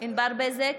ענבר בזק,